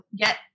get